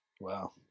Wow